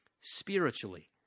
spiritually